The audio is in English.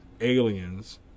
aliens